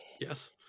yes